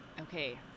Okay